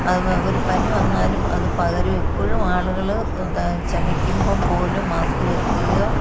അത് വ ഒരു പനി വന്നാലും അത് പകരും എപ്പോഴും ആളുകൾ ഉദ്ധാ ചുമക്കുമ്പം പോലും മാസ്ക് വെക്കുകയോ